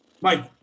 Mike